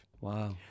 Wow